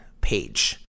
page